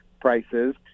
prices